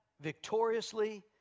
victoriously